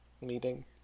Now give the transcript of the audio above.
meeting